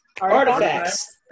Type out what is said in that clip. artifacts